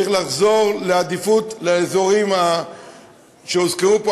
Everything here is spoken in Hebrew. צריך לחזור לעדיפות לאזורים שהוזכרו פה,